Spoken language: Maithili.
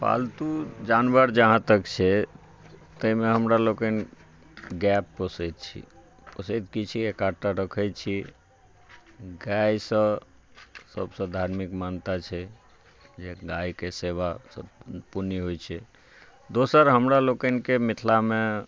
पालतू जानवर जहाँ तक छै ताहिमे हमरा लोकनि गाय पोसै छै पोसै की छी एक आधटा रखै छी गाय सॅं सबसे धार्मिक मान्यता छै जे गायके सेवा सॅं पुण्य होइ छै दोसर हमरा लोकनि के मिथिला मे